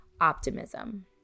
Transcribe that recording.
optimism